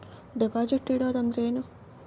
Deposit ಇಡುವುದು ಅಂದ್ರ ಏನ?